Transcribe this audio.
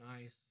nice